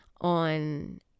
on